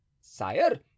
sire